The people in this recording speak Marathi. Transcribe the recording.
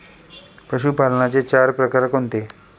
पशुपालनाचे चार प्रकार कोणते?